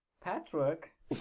Patrick